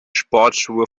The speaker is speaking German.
sportschuhe